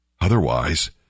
Otherwise